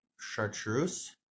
Chartreuse